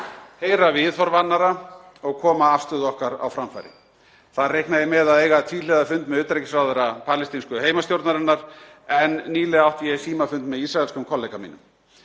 heyra viðhorf annarra og koma afstöðu okkar á framfæri. Þar reikna ég með að eiga tvíhliða fund með utanríkisráðherra palestínsku heimastjórnarinnar en nýlega átti ég símafund með ísraelskum kollega mínum.